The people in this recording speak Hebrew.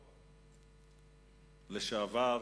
לשעבר.